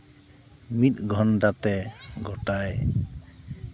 ᱢᱤᱫ ᱜᱷᱚᱱᱴᱟᱛᱮ ᱜᱳᱴᱟᱭ